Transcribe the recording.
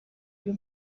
uyu